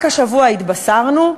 רק השבוע התבשרנו,